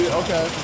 okay